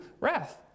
wrath